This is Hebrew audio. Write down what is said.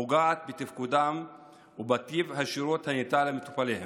פוגעת בתפקודם ובטיב השירות הניתן למטופליהם.